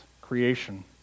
creation